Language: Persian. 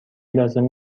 لازم